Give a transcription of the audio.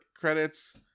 credits